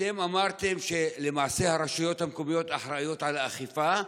אתם אמרתם שלמעשה הרשויות המקומיות אחראיות לאכיפה.